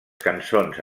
cançons